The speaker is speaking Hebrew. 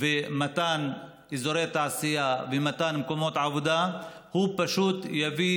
ומתן אזורי תעשייה ומתן מקומות עבודה פשוט יביא